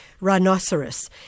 Rhinoceros